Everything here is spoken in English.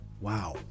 wow